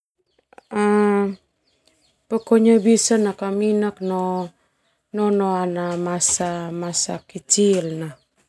Pokoknya bisa nakaminak no nonoana masa masa' kecil na.